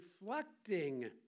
reflecting